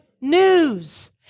news